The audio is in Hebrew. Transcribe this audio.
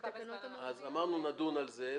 אז אמרנו, נדון על זה.